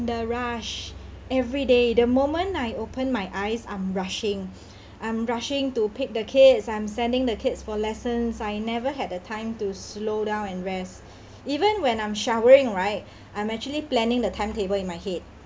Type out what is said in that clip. the rush every day the moment I open my eyes I'm rushing I'm rushing to pick the kids I'm sending the kids for lessons I never had the time to slow down and rest even when I'm showering right I'm actually planning the timetable in my head